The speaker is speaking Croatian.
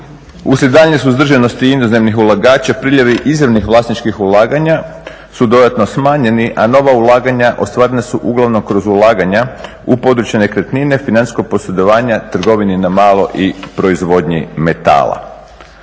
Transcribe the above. Usred daljnje suzdržanosti inozemnih ulagača priljevi izravnih vlasničkih ulaganja su dodatno smanjeni, a nova ulaganja ostvarena su uglavnom kroz ulaganja u područja nekretnine, financijskog posredovanja, trgovine na malo i proizvodnji metala.